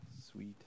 sweet